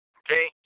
okay